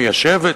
מיישבת,